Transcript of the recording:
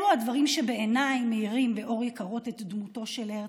אלו הדברים שבעיניי מאירים באור יקרות את דמותו של הרצל: